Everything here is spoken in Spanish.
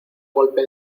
golpe